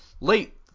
late